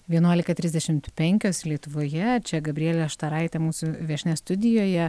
vienuolika trisdešimt penkios lietuvoje čia gabrielė štaraitė mūsų viešnia studijoje